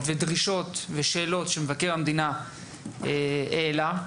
דרישות ושאלות שמבקר המדינה העלה.